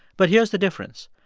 but here's the difference.